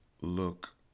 look